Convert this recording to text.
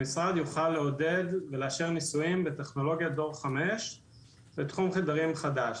המשרד יוכל לעודד ולאשר ניסויים בטכנולוגיית דור 5 בתחום תדרים חדש.